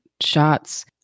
shots